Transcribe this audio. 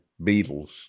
Beatles